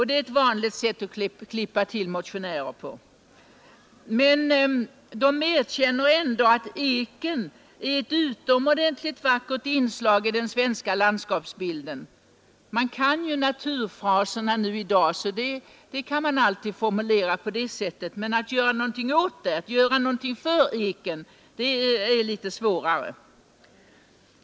Det är ett vanligt sätt att klippa till motionärer på. Men utskottet erkänner ändå att eken är ett utomordentligt vackert inslag i den svenska landskapsbilden. Man kan ju naturfraserna nu, så fnan kan formulera det på det sättet, men göra någonting för eken, det är litet svårare!